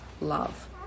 love